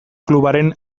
klubaren